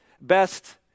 best